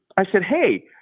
i said, hey,